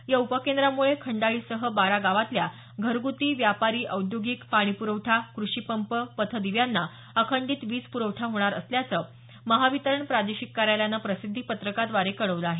या उपकेंद्रामुळे खंडाळीसह बारा गावातल्या घर्गुती व्यापारी औद्योगिक पाणी प्रवठा क्रषीपंप पथदिव्यांना अखंडित वीज प्रखठा होणार असल्याचं महावितरण प्रादेशिक कार्यालयानं प्रसिद्धी पत्रकाद्वारे कळवलं आहे